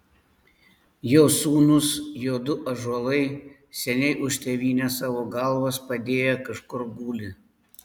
jo sūnūs jo du ąžuolai seniai už tėvynę savo galvas padėję kažkur guli